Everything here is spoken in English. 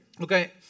Okay